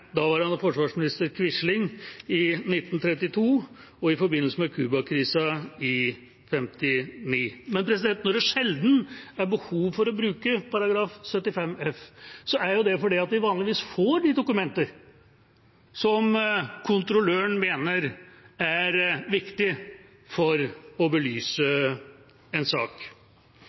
i forbindelse med Cuba-krisen i 1959. Men når det sjelden er behov for å bruke § 75 f, er jo det fordi vi vanligvis får de dokumenter som kontrolløren mener er viktige for å belyse en sak.